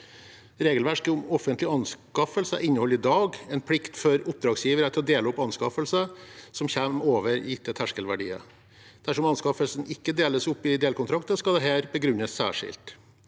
Regelverket om offentlige anskaffelser inneholder i dag en plikt for oppdragsgivere til å dele opp anskaffelser som kommer over gitte terskelverdier. Dersom anskaffelsen ikke deles opp i delkontrakter, skal dette begrunnes særskilt.